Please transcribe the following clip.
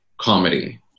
comedy